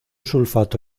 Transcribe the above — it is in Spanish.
sulfato